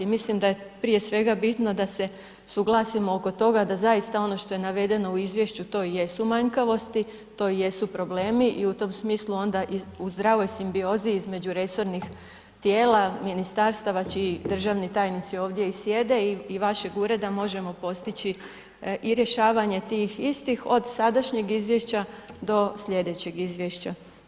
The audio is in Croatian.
Mislim da je, prije svega bitno da se suglasimo oko toga da zaista ono što je navedeno u izvješću to i jesu manjkavosti, to i jesu problemu i u tom smislu onda i u zdravoj simbiozi između resornih tijela, ministarstava čiji državni tajnici ovdje i sjede i vašeg ureda možemo postići i rješavanje tih istih od sadašnjeg izvješća do sljedećeg izvješća.